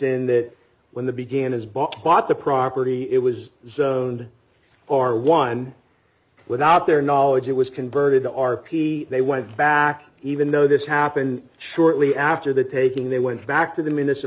in that when the began is bought bought the property it was zoned or one without their knowledge it was converted to r p they went back even though this happened shortly after the taking they went back to the muni